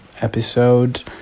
episode